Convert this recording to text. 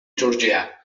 georgià